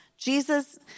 Jesus